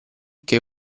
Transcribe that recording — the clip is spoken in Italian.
che